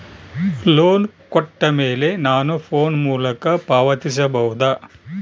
Loan ಕೊಟ್ಟ ಮೇಲೆ ನಾನು ಫೋನ್ ಮೂಲಕ ಪಾವತಿಸಬಹುದಾ?